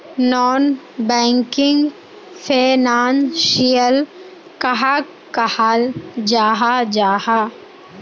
Non banking financial कहाक कहाल जाहा जाहा?